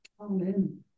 Amen